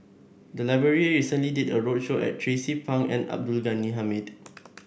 the library recently did a roadshow at Tracie Pang and Abdul Ghani Hamid